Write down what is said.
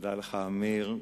תודה לך, עמיר,